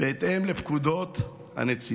בהתאם לפקודות הנציבות.